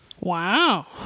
Wow